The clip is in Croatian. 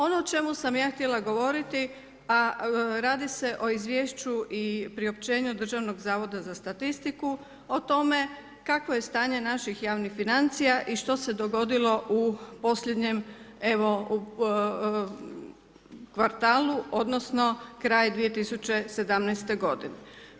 Ono o čemu sam ja htjela govoriti a radi se o izvješću i priopćenju Državnog zavoda za statistiku o tome kakvo je stanje naših javnih financija i što se dogodilo u posljednjem, evo kvartalu odnosno kraj 2017. godine.